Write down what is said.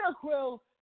Quill